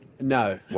No